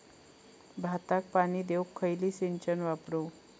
भाताक पाणी देऊक खयली सिंचन वापरू?